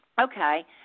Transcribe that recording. okay